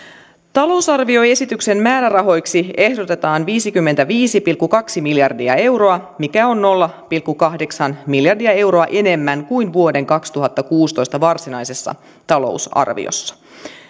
talousarvioesityksen määrärahoiksi ehdotetaan viisikymmentäviisi pilkku kaksi miljardia euroa mikä on nolla pilkku kahdeksan miljardia euroa enemmän kuin vuoden kaksituhattakuusitoista varsinaisessa talousarviossa